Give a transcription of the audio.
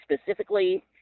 specifically